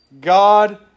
God